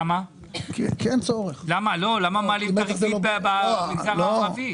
למה מעלים את הריבית לחברה הערבית?